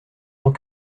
tant